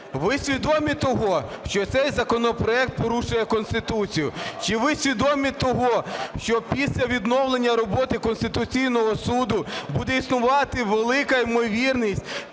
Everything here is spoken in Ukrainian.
Ви свідомі того, що цей законопроект порушує Конституцію? Чи ви свідомі того, що після відновлення роботи Конституційного Суду буде існувати велика ймовірність